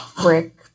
brick